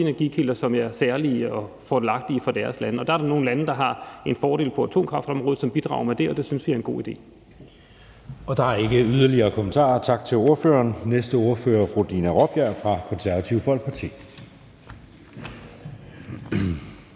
energikilder, som er særlige og fordelagtige for deres lande. Der er der nogle lande, der har en fordel på atomkraftområdet, og som bidrager med det, og det synes vi er en god idé. Kl. 13:47 Anden næstformand (Jeppe Søe): Der er ikke yderligere kommentarer. Tak til ordføreren. Næste ordfører er fru Dina Raabjerg fra Det Konservative Folkeparti.